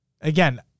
again